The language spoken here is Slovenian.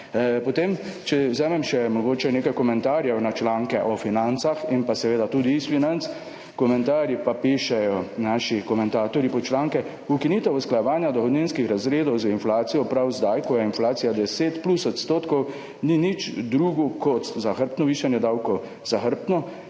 Potem, če vzamem še mogoče nekaj komentarjev na članke o Financah in pa seveda tudi iz Financ. Komentarji, pa pišejo naši komentatorji pod članke; ukinitev usklajevanja dohodninskih razredov z inflacijo prav zdaj, ko je inflacija 10 plus odstotkov, ni nič drugo kot zahrbtno višanje davkov, zahrbtno,